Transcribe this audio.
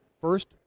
first